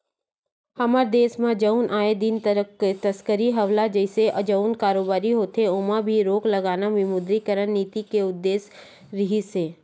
हमर देस म जउन आए दिन तस्करी हवाला जइसे जउन कारोबारी होथे ओमा भी रोक लगाना विमुद्रीकरन नीति के उद्देश्य रिहिस हे